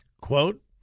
Quote